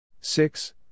Six